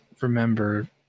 remember